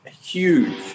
huge